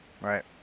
Right